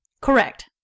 Correct